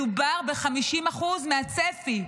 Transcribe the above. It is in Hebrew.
מדובר ב-50% מהצפי,